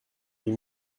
huit